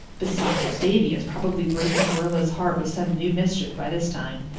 besides, davy is probably breaking marilla's heart with some new mischief by this time.